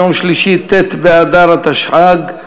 יום שלישי ט' באדר התשע"ג,